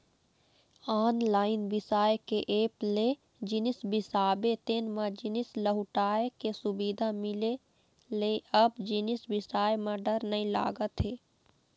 online बिसाए के app ले जिनिस बिसाबे तेन म जिनिस लहुटाय के सुबिधा मिले ले अब जिनिस बिसाए म डर नइ लागत हे